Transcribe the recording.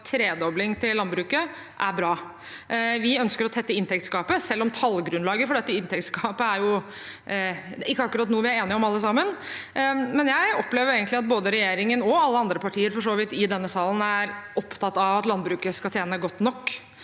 tredobling, er bra. Vi ønsker å tette inntektsgapet, selv om tallgrunnlaget for dette inntektsgapet ikke akkurat er noe vi er enige om alle sammen. Jeg opplever egentlig at både regjeringen og for så vidt alle andre partier i denne salen er opptatt av at landbruket skal tjene godt nok,